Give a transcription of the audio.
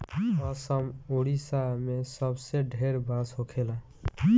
असम, ओडिसा मे सबसे ढेर बांस होखेला